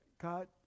God